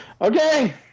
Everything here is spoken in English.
Okay